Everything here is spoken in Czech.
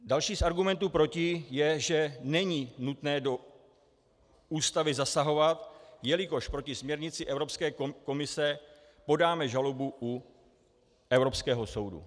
Další z argumentů proti je, že není nutné do Ústavy zasahovat, jelikož proti směrnici Evropské komise podáme žalobu u Evropského soudu.